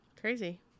crazy